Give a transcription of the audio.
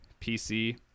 PC